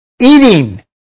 eating